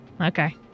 Okay